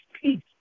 peace